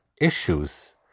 issues